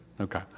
Okay